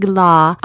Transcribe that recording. law